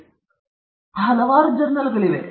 ಆದ್ದರಿಂದ ಅಲ್ಲಿ ಹಲವಾರು ಜರ್ನಲ್ಗಳಿವೆ